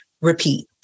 repeat